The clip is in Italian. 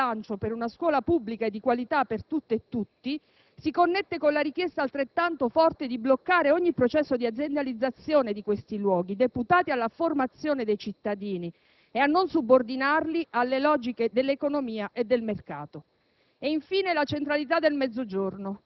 il forte bisogno di rinnovamento e di rilancio per una scuola pubblica e di qualità per tutte e tutti si connette con la richiesta altrettanto forte di bloccare ogni processo di aziendalizzazione di questi luoghi, deputati alla formazione dei cittadini, e a non subordinarli alle logiche dell'economia e del mercato.